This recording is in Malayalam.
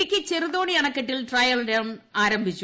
ഇടുക്കി ചെറുതോണി അണക്കെട്ടിൽ ട്രയൽറൺ ആരംഭിച്ചു